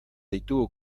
ditugu